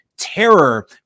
terror